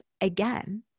again